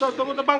לגבי הבנקים,